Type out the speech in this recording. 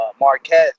Marquez